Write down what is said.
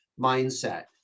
mindset